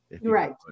right